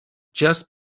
just